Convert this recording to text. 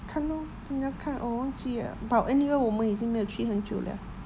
看 lor oh 忘记 liao but anyway 我们已经没有去很久 liao